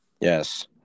Yes